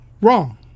Wrong